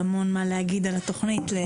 יש עוד המון מה להגיד על התוכנית אבל